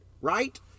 Right